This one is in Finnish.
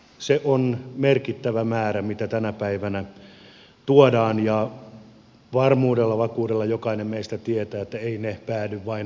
se on merkittävä määrä mitä tänä päivänä tuodaan ja varmuudella vakuudella jokainen meistä tietää että eivät ne päädy vain omaan käyttöön